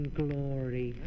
glory